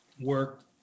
work